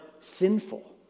sinful